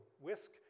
whisk